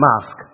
mask